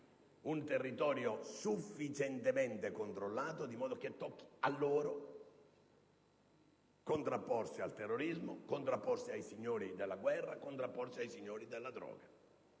un territorio sufficientemente controllato, di modo che tocchi a loro contrapporsi al terrorismo, ai signori della guerra, ai signori della droga.